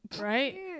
right